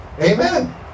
Amen